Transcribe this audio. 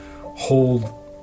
hold